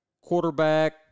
quarterback